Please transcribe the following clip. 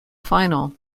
final